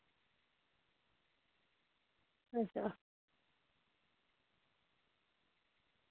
अच्छा